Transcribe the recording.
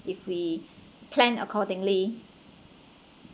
if we plan accordingly